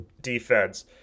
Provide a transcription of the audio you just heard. defense